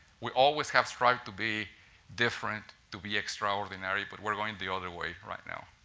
we always have strived to be different to be extraordinary but we are going the other way right now.